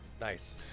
Nice